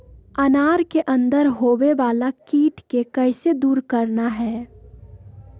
अनार के अंदर होवे वाला कीट के कैसे दूर करना है?